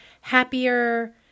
happier